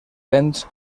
vents